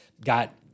got